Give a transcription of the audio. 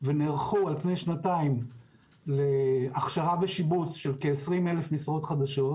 ונערכו על פני שנתיים להכשרה ושיבוץ של כ-20,000 משרות חדשות,